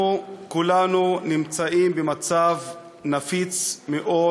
אנחנו כולנו נמצאים במצב נפיץ מאוד